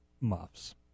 Muffs